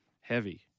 heavy